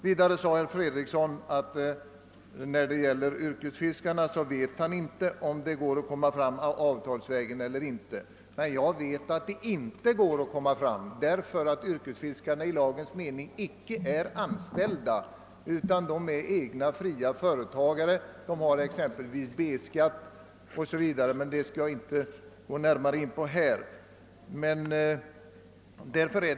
Vidare sade herr Fredriksson att han .när det gäller yrkesfiskare inte vet om det går att lösa deras pensionsproblem avtalsvägen eller inte. Jag vet emellertid att det inte går att komma fram den vägen, ty yrkesfiskarna är i lagens mening icke anställda utan är fria företagare; de har exempelvis B-skatt. Men jag skall inte gå närmare in på den frågan här.